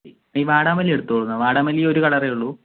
ഈ വാടാമല്ലി എടുത്തോളൂ വാടാമല്ലി ഒരു കളറേ ഒള്ളു